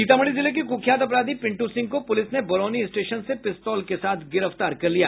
सीतामढ़ी जिले के कुख्यात अपराधी पिंटू सिंह को पुलिस ने बरौनी स्टेशन से पिस्तौल के साथ गिरफ्तार कर लिया